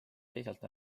teisalt